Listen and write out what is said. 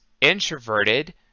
introverted